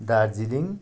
Darjeeling